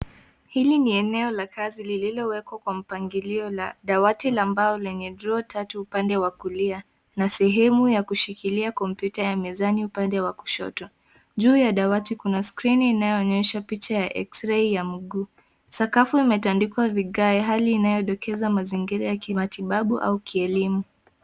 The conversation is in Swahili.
Hili ni eneo la kazi lililowekwa kwa mpangilio na dawati la mbao lenye droo tatu upande wa kulia na sehemu ya kushikilia kompyuta ya mezani upande wa kushoto. Juu ya dawati kuna skrini inayoonyesha picha ya eksirei ya mguu. Sakafu imetandikwa vigae hali inayodokeza mazingira ya kimatibabu au kielimu.